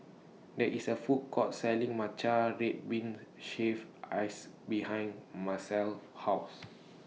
There IS A Food Court Selling Matcha Red Bean Shaved Ice behind Marcel's House